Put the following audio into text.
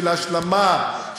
של השלמה,